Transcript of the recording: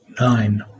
nine